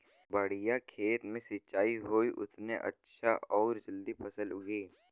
बढ़िया खेत मे सिंचाई होई उतने अच्छा आउर जल्दी फसल उगी